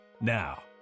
Now